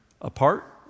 apart